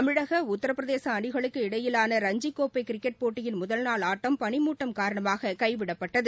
தமிழக உத்தரப்பிரதேச அணிகளுக்கு இடையிவான ரஞ்சிக்கோப்பை கிரிக்கெட் போட்டியின் முதல்நாள் ஆட்டம் பனிமூட்டம் காரணமாக கைவிடப்பட்டது